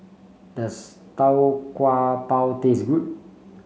does Tau Kwa Pau taste good